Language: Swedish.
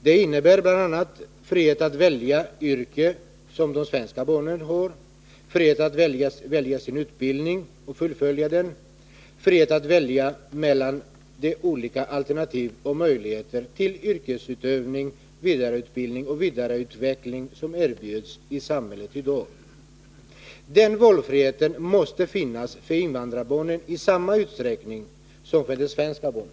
Det innebär bl.a. frihet att välja yrke, som de svenska ungdomarna har, frihet att välja sin utbildning och fullfölja den, frihet att välja mellan de olika alternativ och möjligheter till yrkesutövning, vidareutbildning och vidareutveckling som erbjuds i samhället i dag. Den valfriheten måste finnas för invandrarbarnen i samma utsträckning som för de svenska barnen.